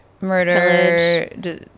Murder